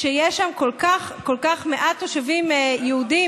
שיש שם כל כך כל כך מעט תושבים יהודים,